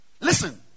Listen